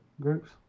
groups